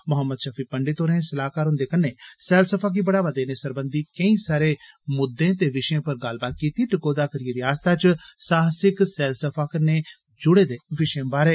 मोहम्मद शफी पंडित होरें सलाहकार हुन्दे कन्नै सैलसफा गी बढ़ावा देने सरबंधी केंई सारे मुद्दें ते विषयें पर गल्लबात कीती टकोह्दा करिए रियासतै च साहसिक सैलसफा कन्नै जुड़े दे विषयें बारै